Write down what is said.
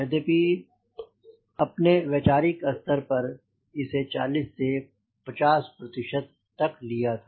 यद्यपि अपने वैचारिक स्तर पर इसे 40 से 50 प्रतिशत तक लिया था